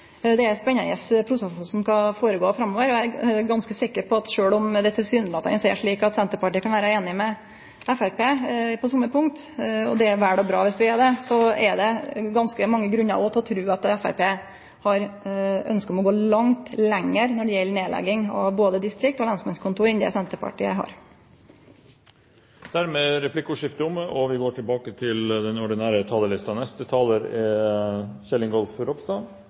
Det er spennande prosessar som skal skje framover. Eg er ganske sikker på at sjølv om det tilsynelatande er slik at Senterpartiet kan vere einig med Framstegspartiet på somme punkt – og det er vel og bra dersom vi er det – er det òg ganske mange grunnar til å tru at Framstegspartiet har ønske om å gå mykje lenger når det gjeld nedlegging av både politidistrikt og lensmannskontor enn det Senterpartiet har. Replikkordskiftet er omme.